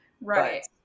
Right